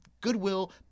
goodwill